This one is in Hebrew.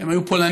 הם היו פולנים,